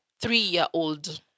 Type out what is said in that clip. three-year-old